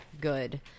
good